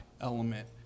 element